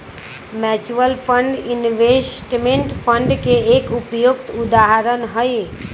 mutual fund investment fund के एक उपयुक्त उदाहरण हई